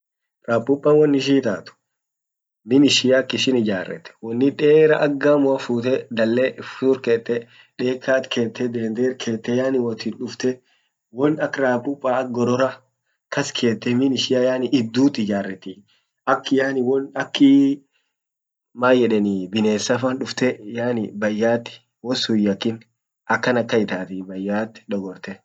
Rapupa won ishin itat, min ishia ak ishin ijaret woni dera ak gamua fute dale furkete dekat kete dendet kete yani wotin dufte won ak rapupa ak gorora kas kete min ishia yani iddut ijaretii ak yani won akii man yedenii binesa fan dufte yani bayat wonsun hinyakin akan akan itatii bayat dogorte.